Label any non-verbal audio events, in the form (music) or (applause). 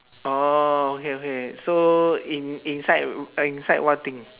orh okay okay so in inside (noise) inside what thing